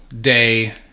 day